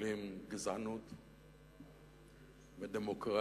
המלים גזענות ודמוקרטיה,